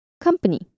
Company